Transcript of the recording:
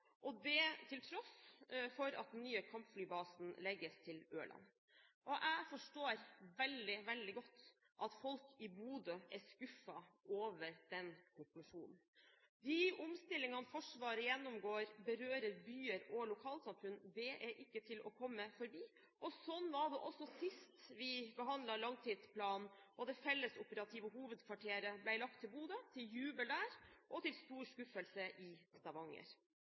være det, til tross for at den nye kampflybasen legges til Ørland. Jeg forstår veldig, veldig godt at folk i Bodø er skuffet over den konklusjonen. De omstillingene Forsvaret gjennomgår, berører byer og lokalsamfunn – det er ikke til å komme forbi – og slik var det også sist vi behandlet langtidsplanen, og det fellesoperative hovedkvarteret ble lagt til Bodø – til jubel der – og til stor skuffelse i Stavanger.